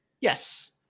Yes